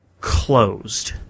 closed